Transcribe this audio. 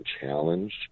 challenged